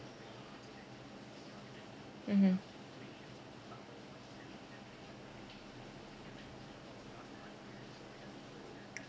mmhmm